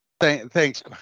Thanks